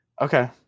Okay